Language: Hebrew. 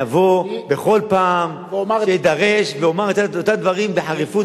אני אבוא בכל פעם שאדרש ואומר את אותם דברים בחריפות,